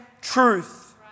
truth